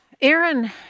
Aaron